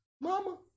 Mama